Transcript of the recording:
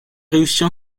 réussit